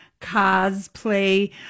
cosplay